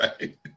right